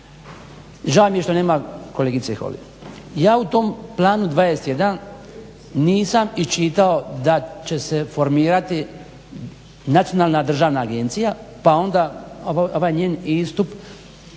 Žao mi je što nema kolegice Holy, ja u tom Planu 21 nisam iščitao da će se formirati Nacionalna državna agencija pa onda ovaj njen istup